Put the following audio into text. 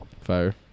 Fire